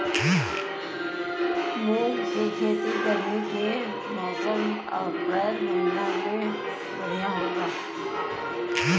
मुंग के खेती गर्मी के मौसम अप्रैल महीना में बढ़ियां होला?